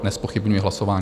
Nezpochybňuji hlasování.